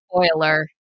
spoiler